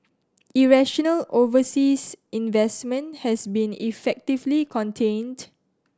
irrational overseas investment has been effectively contained